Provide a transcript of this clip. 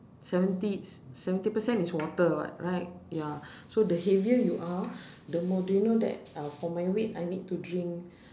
seventy s~ seventy percent is water [what] right ya so the heavier you are the more do you know that uh for my weight I need to drink